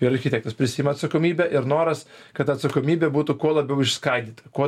ir architektas prisiima atsakomybę ir noras kad atsakomybė būtų kuo labiau išskaidyta kuo